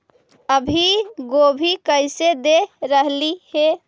अभी गोभी कैसे दे रहलई हे?